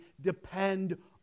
depend